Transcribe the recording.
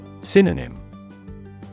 Synonym